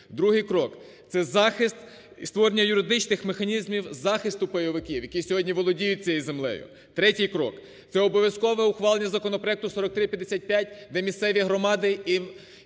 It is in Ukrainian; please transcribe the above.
Другий крок. Це захист створення юридичних механізмів захисту пайовиків, які сьогодні володіють цією землею. Третій крок. Це обов'язкове ухвалення законопроекту 4355, де місцеві громади і місцеві